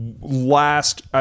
last